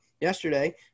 Yesterday